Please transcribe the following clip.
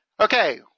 Okay